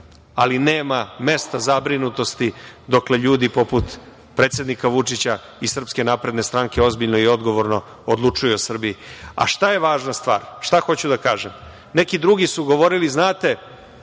ali nema mesta zabrinutosti dokle ljudi poput predsednika Vučića i SNS ozbiljno i odgovorno odlučuju o Srbiji. Šta je važna stvar? Šta sam hteo da kažem? Neki drugi su govorili – znate,